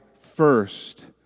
first